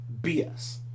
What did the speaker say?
BS